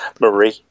marie